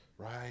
Right